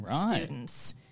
students